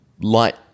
light